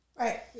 Right